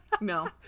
No